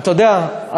אתה יודע,